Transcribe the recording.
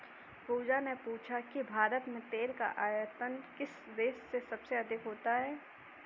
पूजा ने पूछा कि भारत में तेल का आयात किस देश से सबसे अधिक होता है?